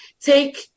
take